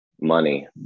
Money